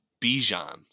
Bijan